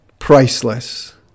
priceless